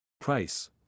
Price